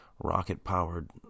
rocket-powered